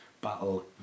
battle